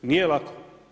Nije lako.